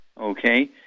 okay